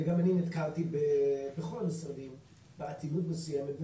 גם אני נתקלתי בכל המשרדים באטימות מסוימת.